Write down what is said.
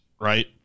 right